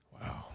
Wow